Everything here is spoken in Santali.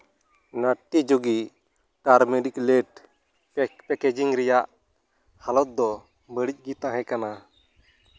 ᱱᱟᱴᱴᱤ ᱡᱳᱜᱤ ᱴᱟᱨᱢᱮᱨᱤᱠ ᱞᱮᱴ ᱯᱮᱠᱮᱡᱤᱝ ᱨᱮᱭᱟᱜ ᱦᱟᱞᱚᱛ ᱫᱚ ᱵᱟᱹᱲᱤᱡ ᱜᱮ ᱛᱟᱦᱮᱸ ᱠᱟᱱᱟ